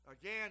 Again